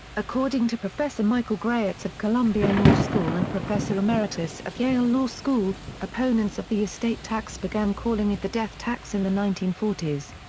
according to professor michael graetz of columbia law school and professor emeritus at yale law school, opponents of the estate tax began calling it the death tax in the nineteen forty s.